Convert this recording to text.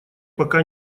пока